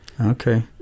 Okay